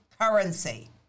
currency